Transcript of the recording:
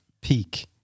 peak